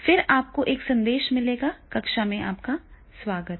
फिर आपको एक संदेश मिलेगा कक्षा में आपका स्वागत है